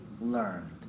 learned